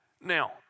Now